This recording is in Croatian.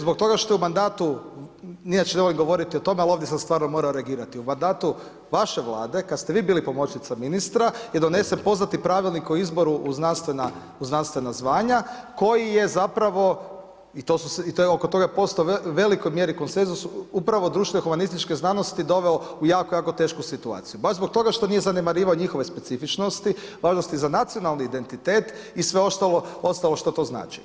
Zbog toga što je u mandatu, inače ne volim govoriti o tome, ali ovdje sam stvarno morao reagirati, u mandatu vaše vlade kada ste vi bili pomoćnica ministra je donesen poznati Pravilnik o izboru u znanstvena zvanja koji je zapravo i oko toga je postojao u velikoj mjeri konsenzus upravo društvene humanističke znanosti doveo u jako, jako tešku situaciju, baš zbog toga što nije zanemarivao njihove specifičnosti, važnosti za nacionalni identitet i sve ostalo što to znači.